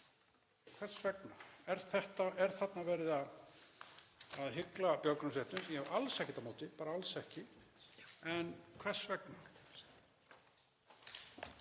Hvers vegna? Er þarna verið að hygla björgunarsveitum, sem ég er alls ekkert á móti, bara alls ekki, en hvers vegna?